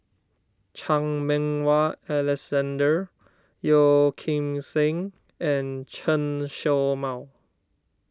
Chan Meng Wah Alexander Yeo Kim Seng and Chen Show Mao